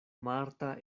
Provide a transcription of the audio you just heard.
marta